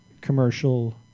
commercial